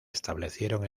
establecieron